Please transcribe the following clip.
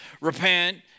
repent